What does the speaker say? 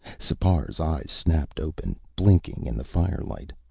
sipar's eyes snapped open, blinking in the firelight.